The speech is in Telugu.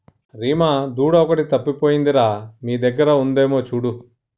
రీమా దూడ ఒకటి తప్పిపోయింది రా మీ దగ్గర ఉందేమో చూడు